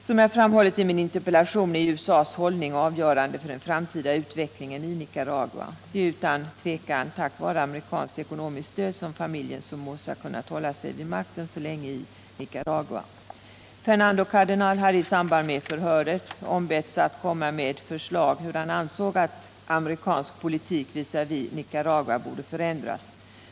Som jag framhållit i min interpellation är USA:s hållning avgörande för den framtida utvecklingen i Nicaragua. Det är utan tvivel tack vare amerikanskt ekonomiskt stöd som familjen Somoza kunnat hålla sig vid makten så länge i Nicaragua. Fernando Cardenal hade i samband med kongressförhöret ombetts att komma med förslag till hur amerikansk politik visavi Nicaragua borde förändras.